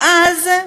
ואז,